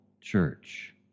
church